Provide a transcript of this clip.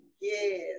yes